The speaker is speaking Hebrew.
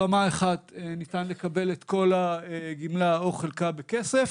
ברמה 1 ניתן לקבל את כל הגמלה או חלקה בכסף.